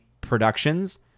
productions